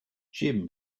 jim